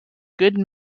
good